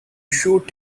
shoot